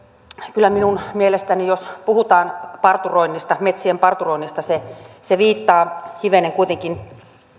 kyllä minun mielestäni se jos puhutaan metsien parturoinnista viittaa hivenen kuitenkin